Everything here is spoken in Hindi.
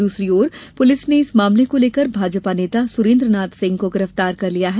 दूसरी ओर पुलिस ने इस मामले को लेकर भाजपा नेता सुरेन्द्रनाथ सिंह को गिरफ्तार कर लिया है